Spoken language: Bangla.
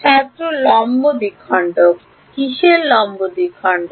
ছাত্র লম্ব দ্বিখণ্ডক কিসের লম্ব দ্বিখণ্ডক